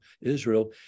Israel